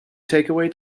takeaway